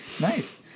Nice